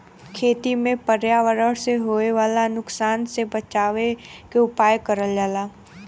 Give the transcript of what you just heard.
खेती में पर्यावरण से होए वाला नुकसान से बचावे के उपाय करल जाला